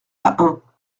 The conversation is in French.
ahun